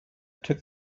took